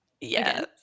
Yes